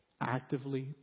Actively